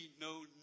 no